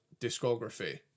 discography